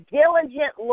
diligent